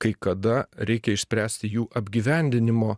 kai kada reikia išspręsti jų apgyvendinimo